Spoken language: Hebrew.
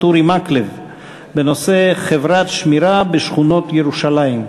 אורי מקלב בנושא: חברת שמירה בשכונות ירושלים.